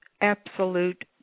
absolute